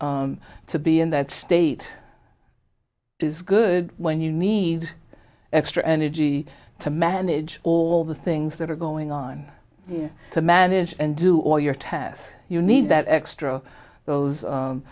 to be in that state it is good when you need extra energy to manage all the things that are going on to manage and do all your tasks you need that extra those